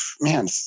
man